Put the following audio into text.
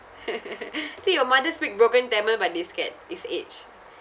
I think your mother speak broken tamil but they scared it's age